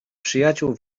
przyjaciół